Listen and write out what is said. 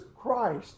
Christ